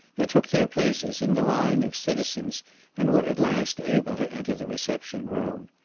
they took their places in the line of citizens and were at last able to enter the reception-room.